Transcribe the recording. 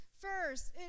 first